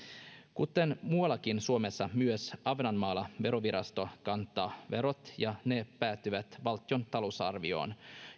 kuten muuallakin suomessa myös ahvenanmaalla verovirasto kantaa verot ja ne päätyvät valtion talousarvioon